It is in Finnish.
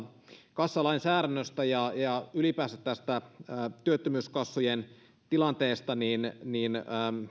kassalainsäädännöstä ja ja ylipäänsä tästä työttömyyskassojen tilanteesta niin niin